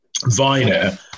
Viner